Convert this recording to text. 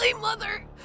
mother